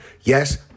Yes